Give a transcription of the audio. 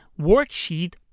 Worksheet